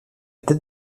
tête